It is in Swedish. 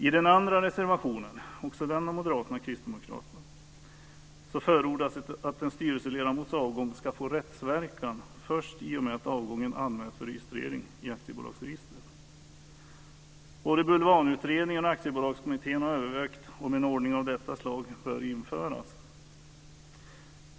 I den andra reservationen, också den av Moderaterna och Kristdemokraterna, förordas att en styrelseledamots avgång ska få rättsverkan först i och med att avgången anmäls för registrering i aktiebolagsregistret. Både Bulvanutredningen och aktiebolagskommittén har övervägt om en ordning av detta slag bör införas.